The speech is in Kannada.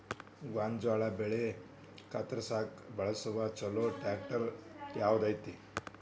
ಗೋಂಜಾಳ ಬೆಳೆ ಕತ್ರಸಾಕ್ ಬಳಸುವ ಛಲೋ ಟ್ರ್ಯಾಕ್ಟರ್ ಯಾವ್ದ್ ಐತಿ?